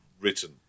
written